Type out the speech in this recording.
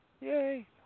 Yay